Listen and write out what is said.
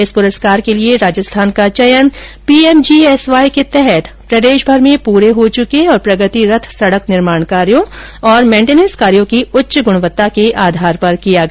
इस पुरस्कार के लिए राजस्थान का चयन पीएमजीएसवाई के तहत प्रदेशभर में पूरे हो चुर्के और प्रगतिरत सड़क निर्मोण कार्यो तथा मेंटेनेंस कार्यो की उच्च गुणवत्ता के आधार पर किया गया